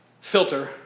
filter